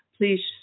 Please